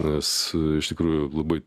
nes iš tikrųjų labai